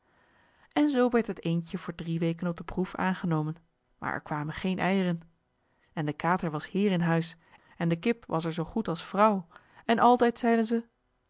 en zoo werd het eendje voor drie weken op de proef aangenomen maar er kwamen geen eieren en de kater was heer in huis en de kip was er zoo goed als vrouw en altijd zeiden zij